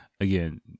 Again